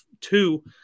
two